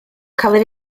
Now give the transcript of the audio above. cafodd